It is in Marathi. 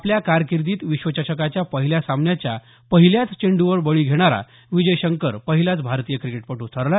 आपल्या कारकिर्दीत विश्वचषकाच्या पहिल्या सामन्याच्या पहिल्याच चेंडूवर बळी घेणारा विजय शंकर पहिलाच भारतीय क्रिकेटपटू ठरला